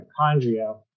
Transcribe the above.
mitochondria